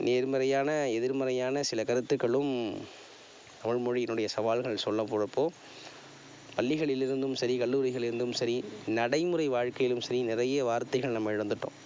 நேர்மறையான எதிர்மறையான சில கருத்துக்களும் தமிழ் மொழியினுடைய சவால்கள் சொல்ல போகிறப்போ பள்ளிகளில் இருந்தும் சரி கல்லூரிகளில் இருந்தும் சரி நடைமுறை வாழ்க்கையிலும் சரி நிறைய வார்த்தைகளை நம்ம இழந்துவிட்டோம்